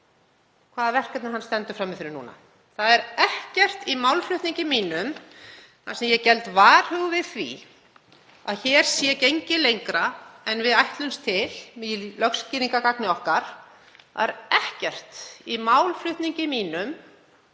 hvaða verkefni hann stendur frammi fyrir núna. Það er ekkert í málflutningi mínum þar sem ég geld varhuga við því að hér sé gengið lengra en við ætlumst til í lögskýringargagni okkar. Það er ekkert í málflutningi mínum